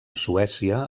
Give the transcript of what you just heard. suècia